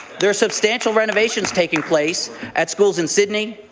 there is substantial renovations taking place at schools in sydney,